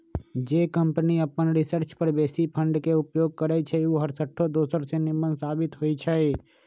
जे कंपनी अप्पन रिसर्च पर बेशी फंड के उपयोग करइ छइ उ हरसठ्ठो दोसर से निम्मन साबित होइ छइ